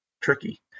tricky